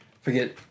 Forget